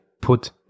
put